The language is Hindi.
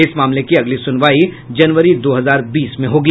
इस मामले की अगली सुनवाई जनवरी दो हजार बीस में होगी